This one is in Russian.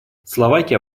словакия